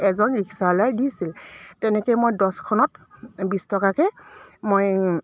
এজন ৰিক্সাৱালাই দিছিল তেনেকৈ মই দহখনত বিছ টকাকৈ মই